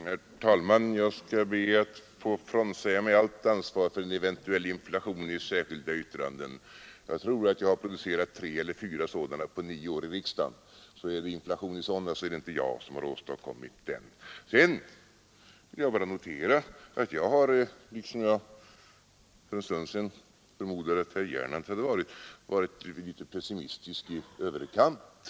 Herr talman! Jag skall be att få frånsäga mig allt ansvar för en eventuell inflation i särskilda yttranden. Jag tror att jag har producerat tre eller fyra sådana på nio år i riksdagen. Är det inflation i sådana, så är det inte jag som har åstadkommit den. Tydligen har jag — liksom jag för en stund sedan förmodade att herr Gernandt var — varit litet pessimistisk i överkant.